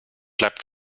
bleibt